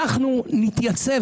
אנחנו נתייצב,